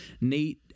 Nate